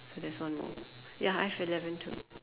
so there's one more ya I've eleven too